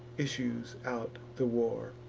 issues out the war.